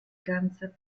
ganze